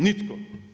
Nitko.